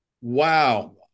wow